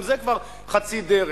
גם זה כבר חצי דרך.